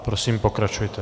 Prosím, pokračujte.